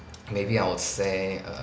maybe I would say